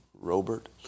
Robert